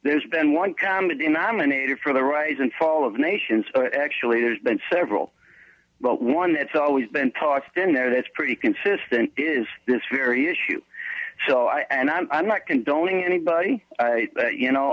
there's been one common denominator for the rise and fall of nations actually there's been several but one that's always been tossed in that it's pretty consistent is this very issue so i and i'm not condoning anybody you know